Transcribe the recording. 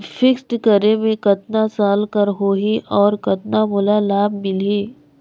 Fixed करे मे कतना साल कर हो ही और कतना मोला लाभ मिल ही?